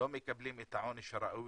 לא מקבלים את העונש הראוי,